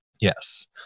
Yes